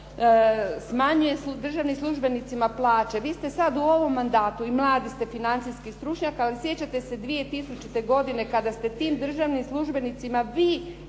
smanjuje državnim službenicima plaće. Vi ste sad u ovom mandatu i mladi ste, financijski stručnjak, ali sjećate se 2000. godine kada ste tim državnim službenicima vi smanjili